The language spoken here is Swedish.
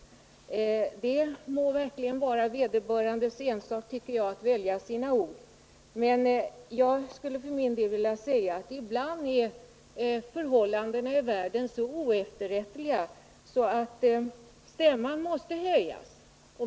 Att välja sina ord må verkligen vara vederbörandes ensak, men för min del skulle jag vilja säga att förhållandena i världen ibland är så oefterrättliga att stämman måste höjas.